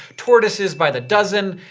tortoises by the dozen,